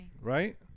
right